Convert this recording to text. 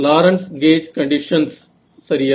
Lawrence gauge conditions சரியா